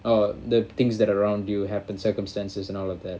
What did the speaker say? uh the things that around you happen circumstances and all of that